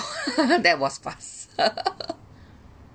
that was fast